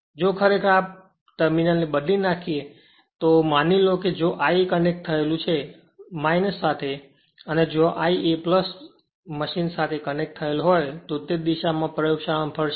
જો ખરેખર આ ટર્મિનલ ને બદલી નાખીએ તો માની લો જો I કનેક્ટ થયેલું છે સાથે અને જો I એ મશીન સાથે કનેક્ટ થયેલ હોય તો તે જ દિશામાં પ્રયોગશાળામાં ફરશે